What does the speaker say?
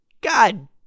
God